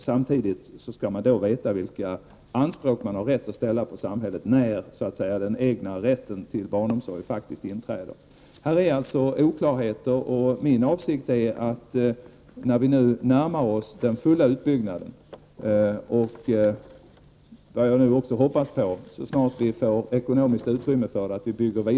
Samtidigt skall man veta vilka anspråk man har rätt att ställa på samhället och när den egna rätten till barnomsorg faktiskt inträder. Det finns alltså oklarheter och min avsikt är att vi skall nå den fulla utbyggnaden när vi som jaga hoppas snart får ekonomiskt utrymme.